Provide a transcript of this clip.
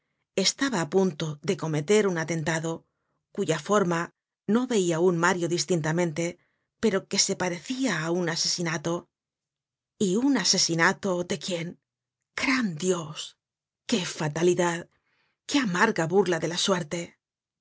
estaba á punto de cometer un atentado cuya forma no veia aun mario distintamente pero que se parecia á un asesinato y un asesinato de quién gran dios content from google book search generated at qué fatalidad qué amarga burla de la suerte